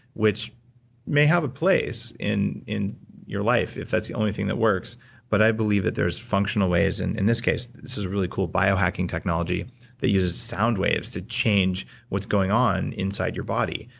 which may have a place in in your life, if that's the only thing that works but i believe that there's functional ways. and in this case, this is a really cool biohacking technology that uses sound waves to change what's going on inside your body.